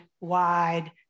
wide